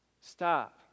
Stop